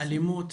אלימות,